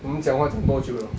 我们讲话讲多久 liao